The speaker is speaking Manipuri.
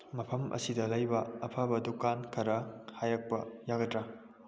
ꯃꯐꯝ ꯑꯁꯤꯗ ꯂꯩꯕ ꯑꯐꯕ ꯗꯨꯀꯥꯟ ꯈꯔ ꯍꯥꯏꯔꯛꯄ ꯌꯥꯒꯗ꯭ꯔꯥ